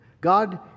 God